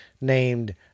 named